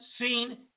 seen